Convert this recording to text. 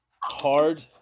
hard